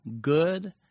good